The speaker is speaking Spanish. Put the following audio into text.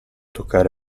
tocar